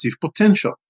potential